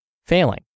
Failing